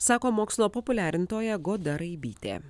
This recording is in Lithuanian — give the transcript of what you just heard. sako mokslo populiarintoja goda raibytė